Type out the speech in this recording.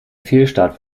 fehlstart